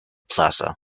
plaza